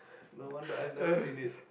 no wonder I've never seen it